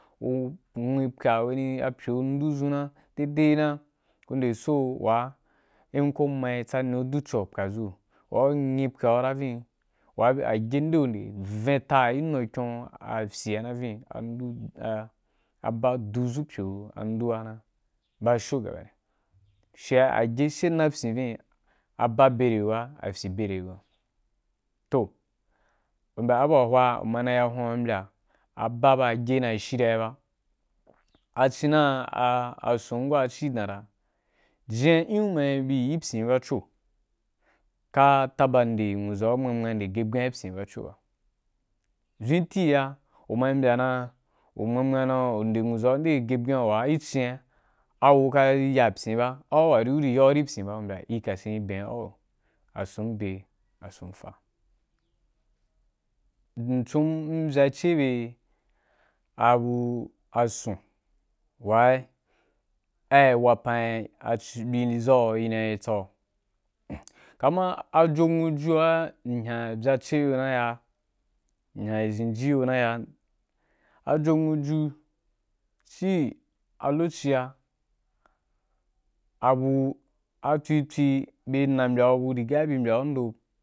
Ku nwu pwa wa ni pwo ndu zun na dei dei na, kun nde so wa in ko mayitsami ku du co wa ku ri pwadʒu ri yo, wa ku nwi pwa ra yi ya vin wa agye nde gu nde vin ta gi nukyon afyi na vi ni, andu a aba du zu pwo a a ndu a na ba sho ai fye’a agye na pyin vini, aba bere gu’a, fyi bere bye ‘a. Toh u mbya abu wa hwaiya u ma na ya hwan u ri mbya aba ba agye na shirya be ba ra. A ci na ‘u asun wa ci da ra, jin ya in u ma yi bi gi pyin’u bacho, ka faba nde nwuʒa ‘u mua mua nde gye buan gi pyínu a bacho ba. Vinti ga uma yi mbya dan u mua mua nde nwuza’u nde gyebuan wa in ci’a, a gu ku ka ya pyin ba, an a wa ri u ri yau ri gi pyin ba. Mbya au wa ri kasin re ben au. Asun de asun fa. Mcun m vya che yi be abu asun wa’i ai wapan i, ibi na’i zau i na yi tsa’u, kama a jo nwun ju’a m hyan v’yache gi yo nai ya m’hian zenji ri yo ‘a a go nwu ju ci a lokoci’a abu a tswi tswi bye na mbya na bin byara gi ndo.